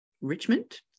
Richmond